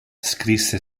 scrisse